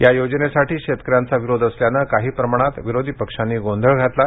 या योजनेसाठी शेतकऱ्यांचा विरोध असल्याने काही प्रमाणात विरोधी पक्षांनी गोंधळ घातला